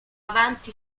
avanti